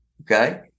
okay